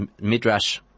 midrash